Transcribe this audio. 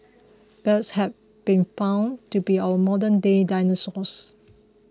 birds have been found to be our modernday dinosaurs